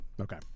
okay